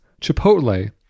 Chipotle